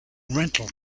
rental